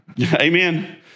Amen